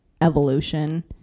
evolution